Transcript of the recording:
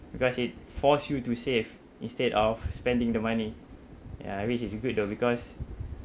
because it force you to save instead of spending the money ya which is good though because